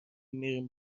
میریم